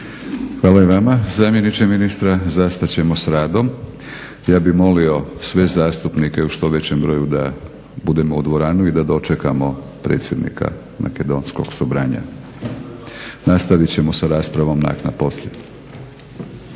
Hvala i vama zamjeniče ministra. Zastat ćemo s radom. Ja bih molio sve zastupnike u što većem broju da budemo u dvorani i da dočekamo predsjednika makedonskog Sobranja. Nastavit ćemo sa raspravom poslije.